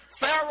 Pharaoh